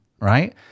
right